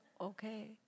okay